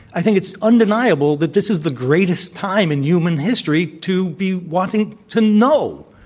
i think it's undeniable that this is the greatest time in human history to be wanting to know.